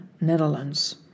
Netherlands